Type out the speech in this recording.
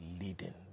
leading